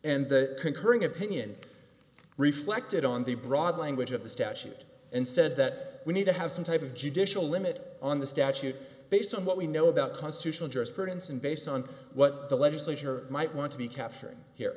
and the concurring opinion reflected on the broad language of the statute and said that we need to have some type of judicial limit on the statute based on what we know about constitutional jurisprudence and based on what the legislature might want to be capturing